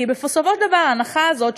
כי בסופו של דבר ההנחה הזאת,